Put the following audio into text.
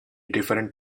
different